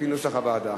כפי נוסח הוועדה.